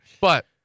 But-